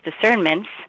discernments